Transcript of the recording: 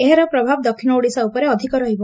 ଏହାର ପ୍ରଭାବ ଦକ୍ଷିଣ ଓଡ଼ିଶା ଉପରେ ଅଧିକ ରହିବ